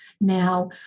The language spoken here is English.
Now